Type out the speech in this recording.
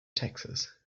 texas